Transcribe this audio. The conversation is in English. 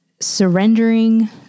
surrendering